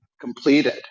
completed